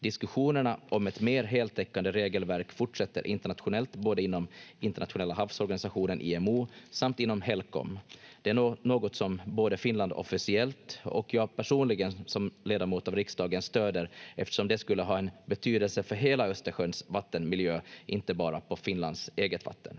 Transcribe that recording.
Diskussionerna om ett mer heltäckande regelverk fortsätter internationellt både inom Internationella havsorganisationen IMO samt inom HELCOM. Det är något som både Finland officiellt och jag personligen som ledamot av riksdagen stöder, eftersom det skulle ha en betydelse för hela Östersjöns vattenmiljö, inte bara på Finlands eget vatten.